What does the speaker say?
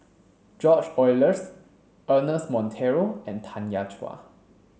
George Oehlers Ernest Monteiro and Tanya Chua